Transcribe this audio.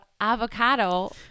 avocado